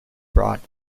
brought